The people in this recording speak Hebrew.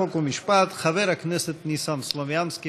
חוק ומשפט חבר הכנסת ניסן סלומינסקי.